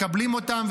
מקבלים אותם,